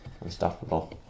unstoppable